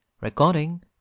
Recording